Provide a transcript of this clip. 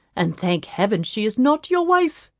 and thank heaven she is not your wife.